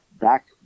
Back